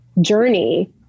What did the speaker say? journey